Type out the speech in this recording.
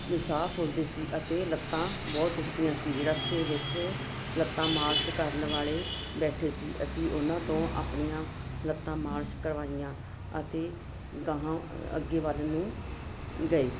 ਅਤੇ ਸਾਹ ਫੁੱਲਦੇ ਸੀ ਅਤੇ ਲੱਤਾਂ ਬਹੁਤ ਦੁਖਦੀਆਂ ਸੀ ਰਸਤੇ ਵਿੱਚ ਲੱਤਾਂ ਮਾਲਸ਼ ਕਰਨ ਵਾਲੇ ਬੈਠੇ ਸੀ ਅਸੀਂ ਉਨ੍ਹਾਂ ਤੋਂ ਆਪਣੀਆਂ ਲੱਤਾਂ ਮਾਲਸ਼ ਕਰਵਾਈਆਂ ਅਤੇ ਅਗਾਹਾਂ ਅੱਗੇ ਵੱਲ ਨੂੰ ਗਏ